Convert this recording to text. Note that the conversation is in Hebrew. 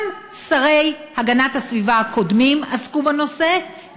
גם שרי הגנת הסביבה הקודמים עסקו בנושא,